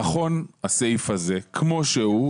הסעיף הזה כמו שהוא,